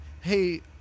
Hey